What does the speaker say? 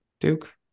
Duke